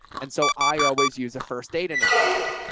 and so i always use a first aid analogy.